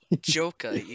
Joker